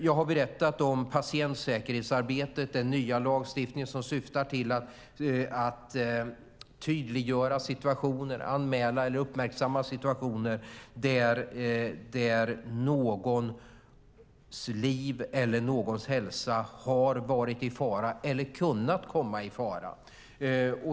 Jag har berättat om patientsäkerhetsarbetet, den nya lagstiftningen som syftar till att tydliggöra situationer, anmäla eller uppmärksamma situationer där någons liv eller någons hälsa har varit i fara eller kunnat komma i fara.